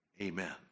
Amen